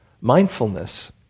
mindfulness